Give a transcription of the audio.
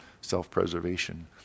self-preservation